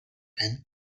and